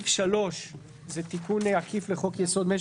מועדי ישראל לא היו בחוקים הקודמים?